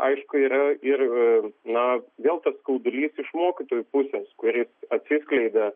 aišku yra ir na vėl tas skaudulys iš mokytojų pusės kuri atsiskleidė